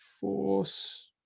Force